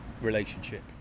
relationship